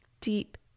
deep